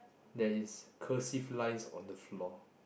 there is cursive lines on the floor